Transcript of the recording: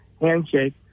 handshake